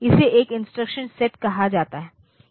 इसे एक instruction set कहा जाता है